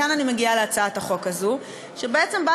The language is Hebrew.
וכאן אני מגיעה להצעת החוק הזאת,